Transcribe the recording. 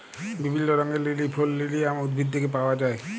বিভিল্য রঙের লিলি ফুল লিলিয়াম উদ্ভিদ থেক্যে পাওয়া যায়